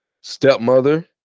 stepmother